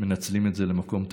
מנצלים את זה למקום טוב.